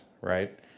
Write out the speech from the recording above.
right